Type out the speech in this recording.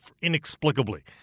inexplicably